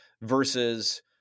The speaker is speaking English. versus